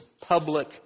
public